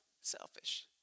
Selfish